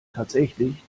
tatsächlich